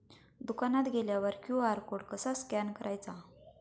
दुकानात गेल्यावर QR code कसा स्कॅन करायचा?